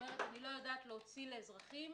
כלומר אני לא יודעת להוציא לאזרחים